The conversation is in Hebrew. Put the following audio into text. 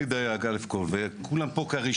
אני דייג, א' כל, וכולם פה כרישים.